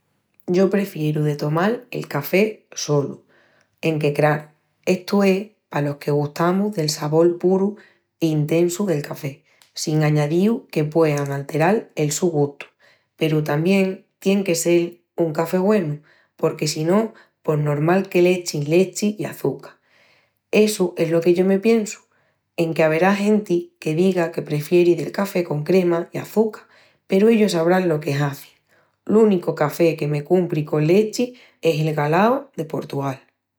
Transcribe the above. Yo prefieru de tomal el café solu, enque, craru, estu es palos que gustamus del sabol puru i intessu del café, sin añadíus que puean alteral el su gustu. Peru tamién tien que sel un café güenu porque si no pos normal que l'echin lechi i açuca. Essu es lo que yo me piensu, enque averá genti que diga que prefieri del café con crema i açuca peru ellus sabrán lo que hazin. L'únicu café que me cumpri con lechi es el galão de Portugal.